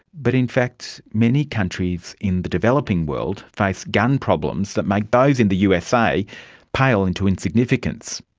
but in fact many countries in the developing world face gun problems that make those in the usa pale into insignificance.